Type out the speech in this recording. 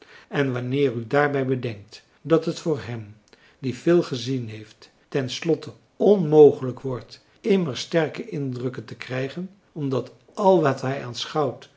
en wanneer u daarbij bedenkt dat het voor hem die veel gezien heeft ten slotte onmogelijk wordt immer sterke indrukken te krijgen omdat al wat hij